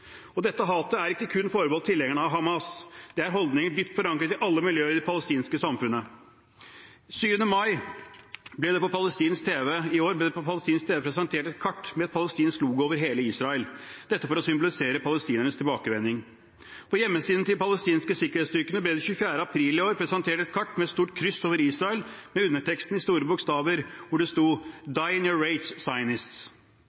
Dette hatet er ikke kun forbeholdt tilhengerne av Hamas. Det er holdninger dypt forankret i alle miljøer i det palestinske samfunnet. Den 7. mai i år ble det på palestinsk tv presentert et kart med palestinsk logo over hele Israel – dette for å symbolisere palestinernes tilbakevending. På hjemmesiden til de palestinske sikkerhetsstyrker ble det den 24. april i år presentert et kart med et stort kryss over Israel med underteksten i store bokstaver, hvor det